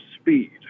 speed